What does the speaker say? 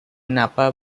napa